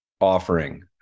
offering